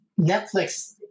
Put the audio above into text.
Netflix